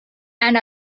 and